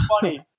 funny